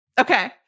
Okay